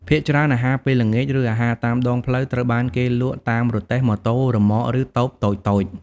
ភាគច្រើនអាហារពេលល្ងាច ឬអាហារតាមដងផ្លូវត្រូវបានគេលក់តាមរទេះ ម៉ូតូ រឺម៉ក ឬតូបតូចៗ។